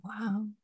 Wow